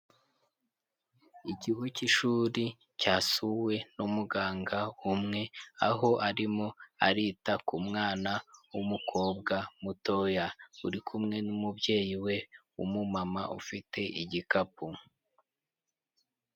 Ikigo cy'ishuri cyasuwe na muganga umwe aho arimo arita ku mwana w'umukobwa mutoya uri kumwe n'umubyeyi we umumama ufite igikapu.